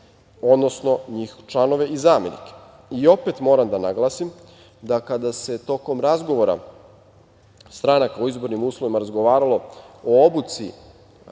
odnosno članove i zamenike. Opet moram da naglasim da kada se tokom razgovora stranaka o izbornim uslovima razgovaralo o obuci